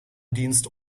dienst